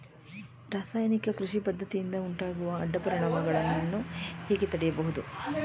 ರಾಸಾಯನಿಕ ಕೃಷಿ ಪದ್ದತಿಯಿಂದ ಉಂಟಾಗುವ ಅಡ್ಡ ಪರಿಣಾಮಗಳನ್ನು ಹೇಗೆ ತಡೆಯಬಹುದು?